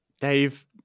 Dave